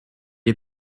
est